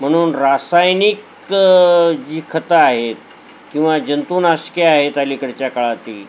म्हणून रासायनिक जी खतं आहेत किंवा जंतूनाशके आहेत अलीकडच्या काळातील